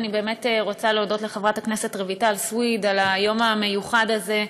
אני באמת רוצה להודות לחברת הכנסת רויטל סויד על היום המיוחד הזה.